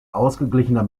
ausgeglichener